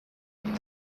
ibi